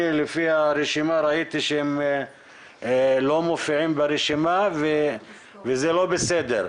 ראיתי שהם לא מופיעים ברשימה וזה לא בסדר,